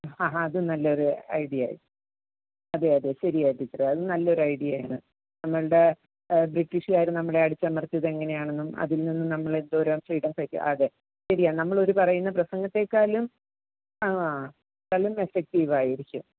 ആ അതും നല്ലൊരു ഐഡിയ അതെ അതെ ശരിയാണ് ടീച്ചറേ അത് നല്ലൊരു ഐഡിയ ആണ് നമ്മുടെ ബ്രിട്ടീഷുകാർ നമ്മളെ അടിച്ചമർത്തിയത് എങ്ങനെയാണെന്നും അതിൽ നിന്നും നമ്മൾ എന്തോരം ഫ്രീഡം ഫൈറ്റ് അതെ ശരിയാണ് നമ്മൾ ഒരു പറയുന്ന പ്രസംഗത്തെക്കാളും ആ വളരെ എഫക്റ്റീവ് ആയിരിക്കും